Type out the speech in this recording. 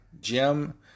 Jim